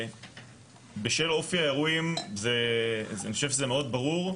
בשל אופי האירועים אני חושב שזה מאוד ברור,